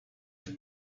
have